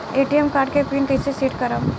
ATM card के pin कैसे set करम?